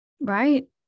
Right